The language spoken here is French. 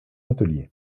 atelier